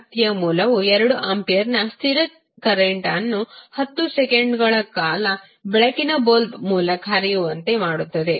ಶಕ್ತಿಯ ಮೂಲವು 2 ಆಂಪಿಯರ್ನ ಸ್ಥಿರ ಕರೆಂಟ್ ಅನ್ನು 10 ಸೆಕೆಂಡುಗಳ ಕಾಲ ಬೆಳಕಿನ ಬಲ್ಬ್ ಮೂಲಕ ಹರಿಯುವಂತೆ ಮಾಡುತ್ತದೆ